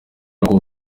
kubura